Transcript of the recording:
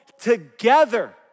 together